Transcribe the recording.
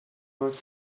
much